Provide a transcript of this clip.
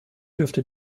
dürfte